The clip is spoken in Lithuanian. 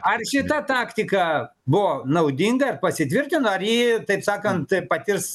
ar šita taktika buvo naudinga ir pasitvirtino ar ji taip sakant patirs